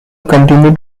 continue